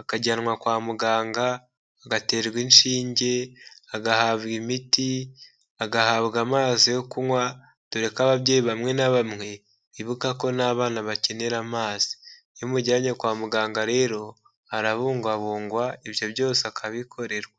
Akajyanwa kwa muganga, agaterwa inshinge, agahabwa imiti, agahabwa amazi yo kunywa, dore ko ababyeyi bamwe na bamwe bibuka ko n'abana bakenera amazi, iyo umujyanye kwa muganga rero, arabungwabungwa ibyo byose akabikorerwa.